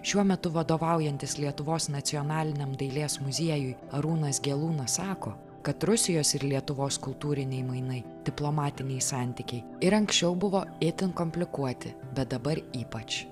šiuo metu vadovaujantis lietuvos nacionaliniam dailės muziejui arūnas gelūnas sako kad rusijos ir lietuvos kultūriniai mainai diplomatiniai santykiai ir anksčiau buvo itin komplikuoti bet dabar ypač